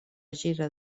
gira